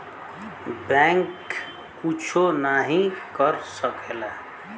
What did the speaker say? bank कुच्छो नाही कर सकेला